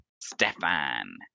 Stefan